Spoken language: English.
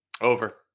Over